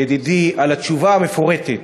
ידידי על התשובה המפורטת.